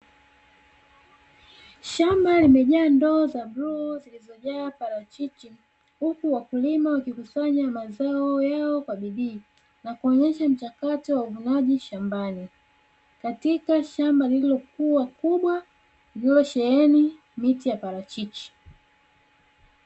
Shamba limejaa ndoo za buluu zilizojaa parachichi, huku wakulima wakikusanya mazao yao kwa bidii na kuonyesha mchakato wa uvunaji shambani, katika shamba lililo kubwa lililosheheni miti ya parachichi.